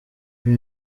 iyi